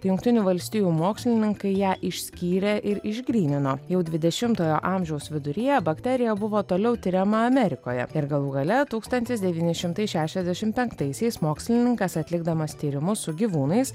jungtinių valstijų mokslininkai ją išskyrė ir išgrynino jau dvidešimtojo amžiaus viduryje bakterija buvo toliau tiriama amerikoje ir galų gale tūkstantis devyni šimtai šešiasdešimt penktaisiais mokslininkas atlikdamas tyrimus su gyvūnais